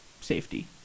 safety